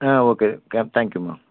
ம் ஓகே க தேங்க்யூம்மா